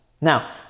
Now